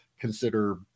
consider